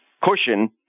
cushion